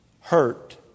hurt